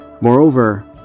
Moreover